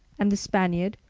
and the spaniard,